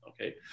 okay